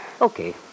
Okay